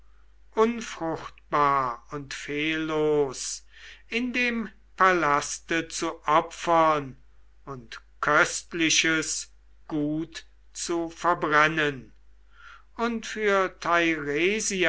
unfruchtbar und fehllos in dem palaste zu opfern und köstliches gut zu verbrennen und für